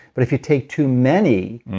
but if you take too many,